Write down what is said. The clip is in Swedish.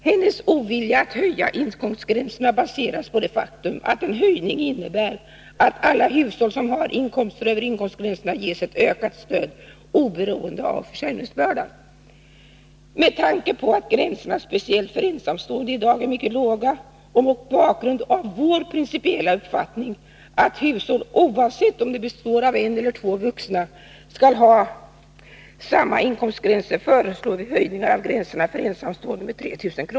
Hennes ovilja att höja inkomstgränserna baseras på det faktum, att en höjning innebär att alla hushåll som har inkomster över inkomstgränserna ges ett ökat stöd, oberoende av försörjningsbördan. Med tanke på att gränserna speciellt för ensamstående i dag är mycket låga och mot bakgrund av vår principiella uppfattning att hushåll, oavsett om det består av en eller två vuxna, skall ha samma inkomstgränser föreslår vi höjningar av gränserna för ensamstående med 3 000 kr.